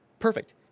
Perfect